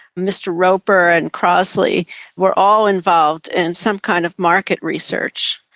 mr roper and crossley were all involved in some kind of market research,